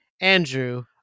Andrew